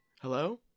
Hello